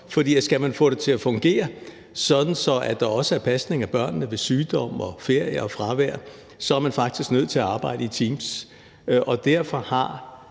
for skal man få det til at fungere, sådan at der også er pasning af børnene ved sygdom og ferie og fravær, så er man faktisk nødt til at arbejde i teams.